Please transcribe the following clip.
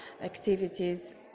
activities